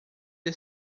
del